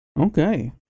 Okay